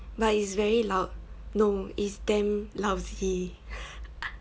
but it's very loud no it's damn lousy